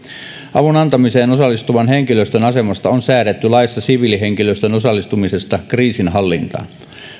avun antamiseen osallistuvan henkilöstön asemasta on säädetty laissa siviilihenkilöstön osallistumisesta kriisinhallintaan